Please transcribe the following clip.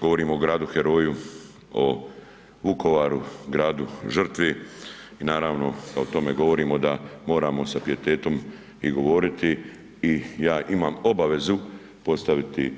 Govorimo o gradu heroju, o Vukovaru, gradu žrtvi i naravno kad o tome govorimo da moramo sa pijetetom i govoriti i ja imam obavezu postaviti